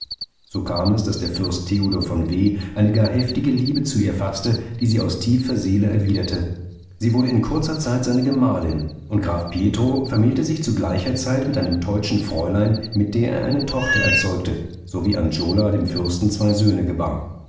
so kam es daß der fürst theodor von w eine gar heftige liebe zu ihr faßte die sie aus tiefer seele erwiderte sie wurde in kurzer zeit seine gemahlin und graf pietro vermählte sich zu gleicher zeit mit einem teutschen fräulein mit der er eine tochter erzeugte so wie angiola dem fürsten zwei söhne gebar